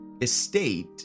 estate